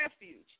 refuge